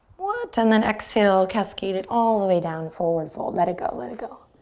what? and then exhale, cascade it all the way down, forward fold. let it go. let it go.